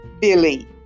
Billy